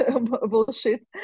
bullshit